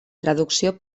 traducció